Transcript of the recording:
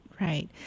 Right